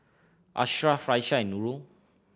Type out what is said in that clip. Ashraf Raisya and Nurul